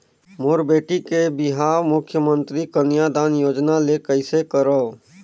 मोर बेटी के बिहाव मुख्यमंतरी कन्यादान योजना ले कइसे करव?